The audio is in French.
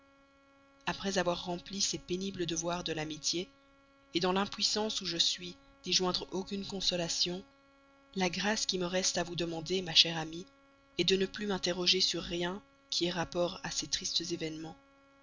après avoir rempli ces pénibles devoirs de l'amitié dans l'impuissance où je suis d'y joindre aucune consolation la grâce qui me reste à vous demander ma chère amie est de ne plus m'interroger sur rien qui ait rapport à ces tristes événements